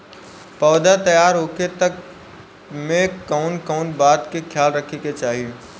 पौधा तैयार होखे तक मे कउन कउन बात के ख्याल रखे के चाही?